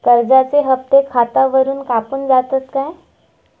कर्जाचे हप्ते खातावरून कापून जातत काय?